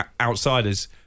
outsiders